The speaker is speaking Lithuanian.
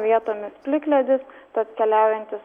vietomis plikledis tad keliaujantys